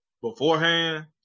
beforehand